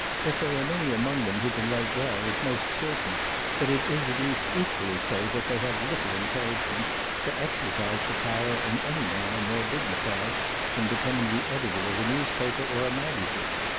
that there are many among them who can write well, is most certain but it is at least equally so, that they have little encouragement to exercise the power in any manner more dignified than becoming the editor of a newspaper or a magazine.